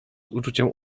uczuciem